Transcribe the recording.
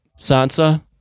Sansa